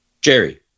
Jerry